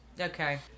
okay